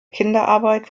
kinderarbeit